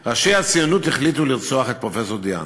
של ראשי הציונות לרצוח את פרופסור דה-האן,